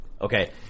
Okay